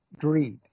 greed